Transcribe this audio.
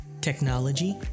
technology